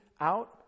out